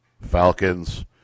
Falcons